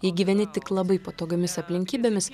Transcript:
jei gyveni tik labai patogiomis aplinkybėmis